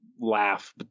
laugh